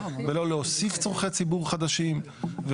ולא להוסיף צרכי ציבור חדשים .